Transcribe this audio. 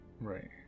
Right